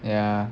ya